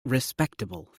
respectable